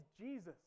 Jesus